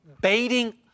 baiting